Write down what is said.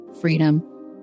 freedom